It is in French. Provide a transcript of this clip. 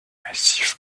massif